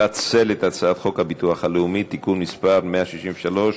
לפצל את הצעת חוק הביטוח הלאומי (תיקון מס' 163),